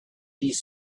these